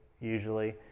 usually